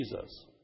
Jesus